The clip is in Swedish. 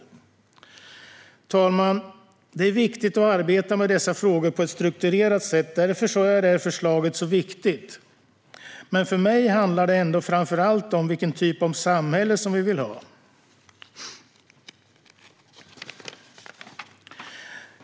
Herr talman! Det är viktigt att arbeta med dessa frågor på ett strukturerat sätt, och därför är detta förslag så viktigt. Men för mig handlar det ändå framför allt om vilken typ av samhälle vi vill ha.